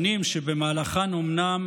שנים שבמהלכן אומנם